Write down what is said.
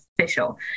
official